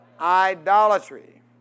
Idolatry